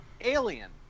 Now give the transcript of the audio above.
Alien